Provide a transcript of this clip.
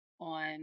on